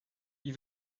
wie